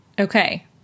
Okay